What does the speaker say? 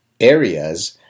areas